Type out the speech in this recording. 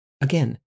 Again